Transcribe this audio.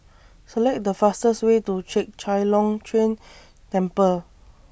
Select The fastest Way to Chek Chai Long Chuen Temple